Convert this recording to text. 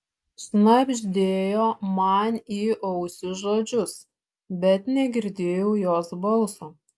šnabždėjo man į ausį žodžius bet negirdėjau jos balso